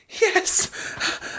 Yes